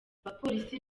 abapolisi